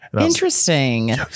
Interesting